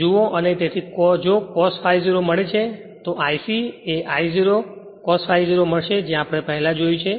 જુઓ અને તેથી જો cos ∅ 0 મળે છે તો I c એ I0 cos ∅ 0 મળશે જે આપણે પહેલા જોયું છે